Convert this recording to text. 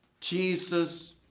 jesus